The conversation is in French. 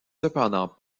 cependant